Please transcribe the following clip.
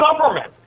government